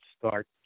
start